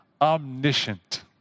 omniscient